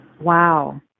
Wow